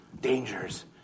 dangers